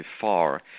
far